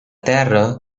terra